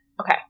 Okay